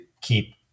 keep